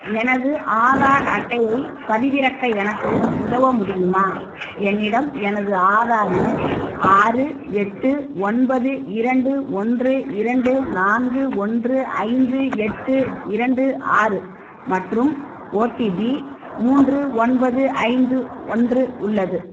எனது ஆதார் அட்டையைப் பதிவிறக்க எனக்கு உதவ முடியுமா என்னிடம் எனது ஆதார் எண் ஆறு எட்டு ஒன்பது இரண்டு ஒன்று இரண்டு நான்கு ஒன்று ஐந்து எட்டு இரண்டு ஆறு மற்றும் ஓடிபி மூன்று ஒன்பது ஐந்து ஒன்று உள்ளது